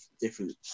different